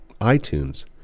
iTunes